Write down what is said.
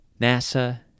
NASA